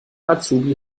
azubi